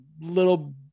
little